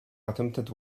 attempted